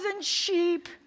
sheep